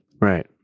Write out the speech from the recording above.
Right